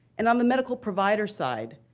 and on the medical provider side,